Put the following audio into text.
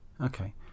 Okay